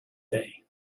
day